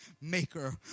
maker